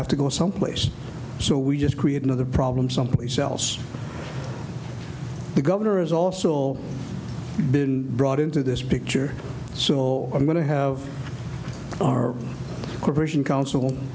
have to go someplace so we just create another problem someplace else the governor is also been brought into this picture so i'm going to have our cooperation council